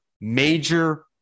major